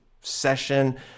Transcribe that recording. session